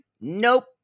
Nope